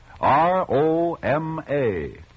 R-O-M-A